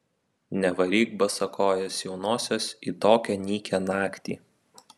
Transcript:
nevaryk basakojės jaunosios į tokią nykią naktį